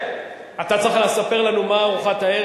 גברתי,